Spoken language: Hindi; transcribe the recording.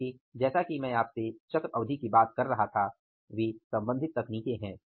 क्योंकि जैसा कि मैं आपसे चक्र अवधि की बात कर रहा था वे सम्बंधित तकनीके हैं